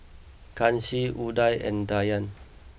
Kanshi Udai and Dhyan